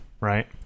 right